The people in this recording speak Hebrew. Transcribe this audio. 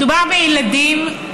מדובר בילדים,